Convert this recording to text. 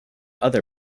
other